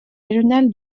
régional